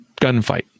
gunfight